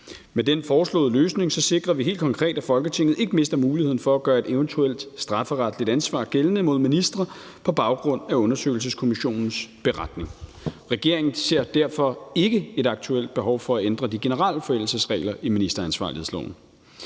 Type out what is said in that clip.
Med den foreslåede løsning sikrer vi helt konkret, at Folketinget ikke mister muligheden for at gøre et eventuelt strafferetligt ansvar gældende mod ministre på baggrund af undersøgelseskommissionens beretning. Regeringen ser derfor ikke et aktuelt behov for at ændre de generelle forældelsesregler i ministeransvarlighedsloven.